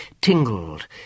tingled